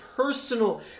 personal